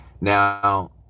Now